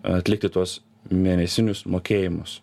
atlikti tuos mėnesinius mokėjimus